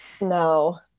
No